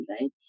right